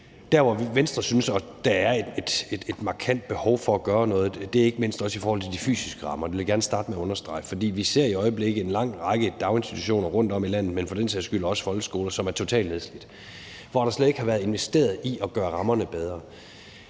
Der, hvor Venstre synes der er et markant behov for at gøre noget, er ikke mindst også i forhold til de fysiske rammer, og det vil jeg gerne starte med at understrege. Vi ser i øjeblikket en lang række daginstitutioner rundtom i landet, men for den sags skyld også folkeskoler, som er totalt nedslidte, hvor der slet ikke har været investeret i at gøre rammerne bedre.